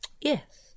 Yes